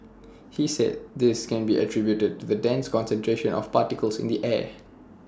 he said this can be attributed to the dense concentration of particles in the air